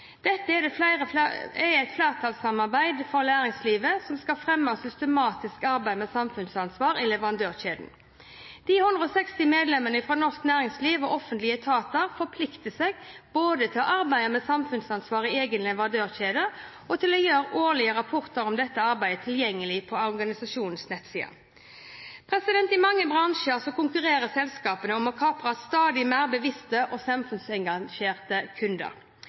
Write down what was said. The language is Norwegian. Dette er et flerpartssamarbeid for næringslivet som skal fremme systematisk arbeid med samfunnsansvar i leverandørkjeden. De 160 medlemmene fra norsk næringsliv og offentlige etater forplikter seg både til å arbeide med samfunnsansvar i egen leverandørkjede og til å gjøre årlige rapporter om dette arbeidet tilgjengelig på organisasjonens nettsider. I mange bransjer konkurrerer selskaper om å kapre stadig mer bevisste og samfunnsengasjerte kunder.